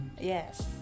Yes